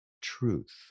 truth